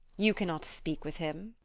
you cannot speak with him.